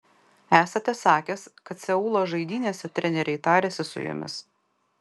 esate sakęs kad seulo žaidynėse treneriai tarėsi su jumis